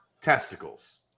testicles